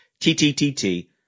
tttt